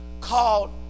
called